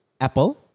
Apple